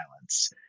violence